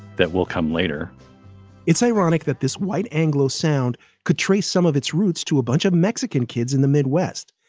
that will come later it's ironic that this white anglo sound could trace some of its roots to a bunch of mexican kids in the midwest.